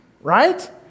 right